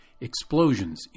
Explosions